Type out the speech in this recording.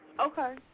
Okay